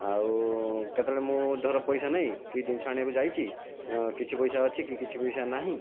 ଆଉ କେତେବେଳେ ମୁଁ ଧର ପଇସା ନାଇଁ କି ଜିନିଷ ଆଣିବାକୁ ଯାଇଛି କିଛି ପଇସା ଅଛି କିଛି ପଇସା ନାହିଁ